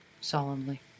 solemnly